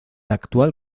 actual